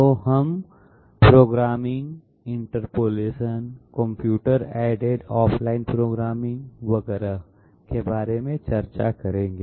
तो हम programming interpolation computer aided offline programming वगैरह के बारे में चर्चा करेंगे